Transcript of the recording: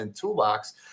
toolbox